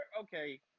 okay